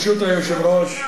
ברשות היושב-ראש,